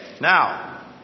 Now